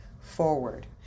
forward